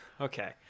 Okay